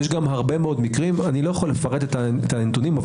יש גם הרבה מאוד מקרים לא יכול לפרט את הנתונים אבל